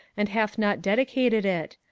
and hath not dedicated it?